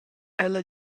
ella